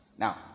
Now